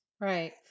Right